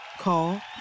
Call